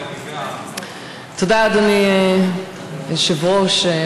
תודה, אדוני היושב-ראש.